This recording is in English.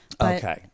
Okay